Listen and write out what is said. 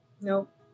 Nope